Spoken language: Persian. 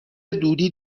دودی